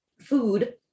food